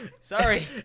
sorry